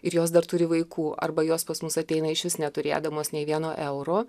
ir jos dar turi vaikų arba jos pas mus ateina išvis neturėdamos nei vieno euro